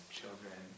children